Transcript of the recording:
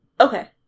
Okay